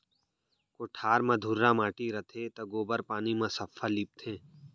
कोठार म धुर्रा माटी रथे त गोबर पानी म सफ्फा लीपथें